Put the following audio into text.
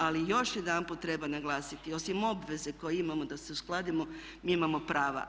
Ali još jedanput treba naglasiti osim obveze koju imamo da se uskladimo mi imamo prava.